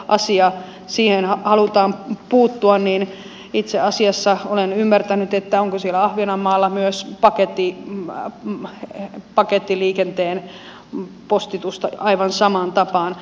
tähän verovapausalueasiaan halutaan puuttua itse asiassa olen ymmärtänyt että onko siellä ahvenanmaalla myös pakettiliikenteen postitusta aivan samaan tapaan